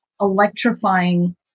electrifying